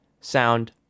sound